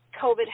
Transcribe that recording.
COVID